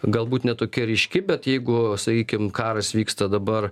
galbūt ne tokia ryški bet jeigu sakykim karas vyksta dabar